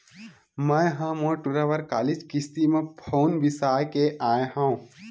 मैय ह मोर टूरा बर कालीच किस्ती म फउन बिसाय के आय हँव